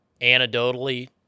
anecdotally